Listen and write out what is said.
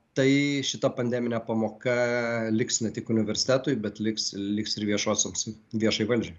tai šita pandeminė pamoka liks ne tik universitetui bet liks liks ir viešosioms viešai valdžiai